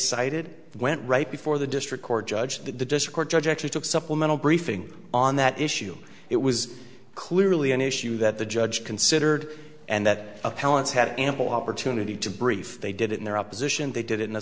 cited went right before the district court judge that the dischord judge actually took supplemental briefing on that issue it was clearly an issue that the judge considered and that appellant's had ample opportunity to brief they did in their opposition they did in the